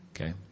Okay